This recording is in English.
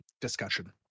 discussion